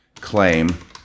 claim